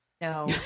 No